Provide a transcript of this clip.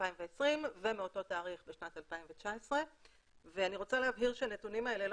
2020 ומאותו תאריך בשנת 2019. אני רוצה להבהיר שהנתונים האלה לא